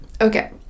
okay